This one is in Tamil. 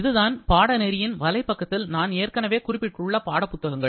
இவைதான் பாடநெறிகள் வலைப்பக்கத்தில் நான் ஏற்கனவே குறிப்பிட்டுள்ள பாட புத்தகங்கள்